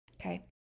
Okay